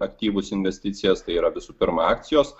aktyvus investicijas tai yra visų pirma akcijos